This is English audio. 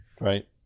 Right